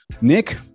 Nick